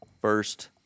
First